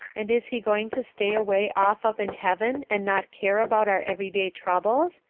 and is he going to stay away off up in heaven and not care about our everyday troubles.